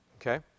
Okay